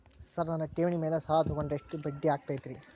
Sir ನನ್ನ ಠೇವಣಿ ಮೇಲೆ ಸಾಲ ತಗೊಂಡ್ರೆ ಎಷ್ಟು ಬಡ್ಡಿ ಆಗತೈತ್ರಿ?